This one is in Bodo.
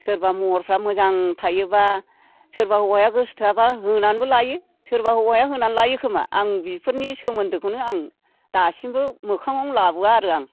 सोरबा महरफ्रा मोजां थायोब्ला सोरबा हौवाया गोसो थोयाब्ला होनानैबो लायो सोरबा हौवाया होनानै लायोखोमा आं बिफोरनि सोमोन्दोखौनो आं दासिमबो मोखाङाव लाबोया आरो आं